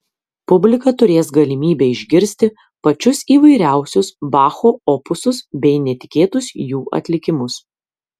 publika turės galimybę išgirsti pačius įvairiausius bacho opusus bei netikėtus jų atlikimus